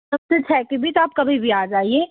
दस तो छः के बीच आप कभी भी आ जाइए